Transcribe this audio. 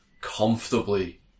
comfortably